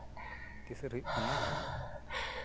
ᱛᱮᱥᱟᱨ ᱦᱩᱭᱩᱜ ᱠᱟᱱᱟ